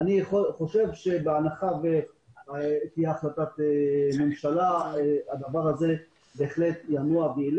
ובהנחה שתהיה החלטת ממשלה הדבר הזה ינוע.